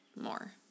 more